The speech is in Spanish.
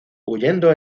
huyendo